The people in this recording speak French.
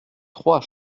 trois